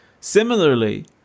Similarly